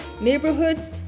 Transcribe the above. neighborhoods